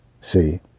See